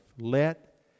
Let